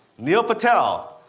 neil patel.